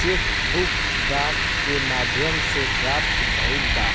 check book डाक के माध्यम से प्राप्त भईल बा